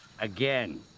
Again